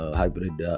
hybrid